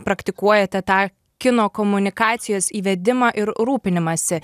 praktikuojate tą kino komunikacijos įvedimą ir rūpinimąsi